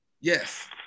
yes